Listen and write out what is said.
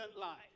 life